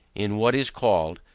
in what is called,